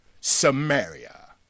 Samaria